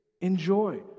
Enjoy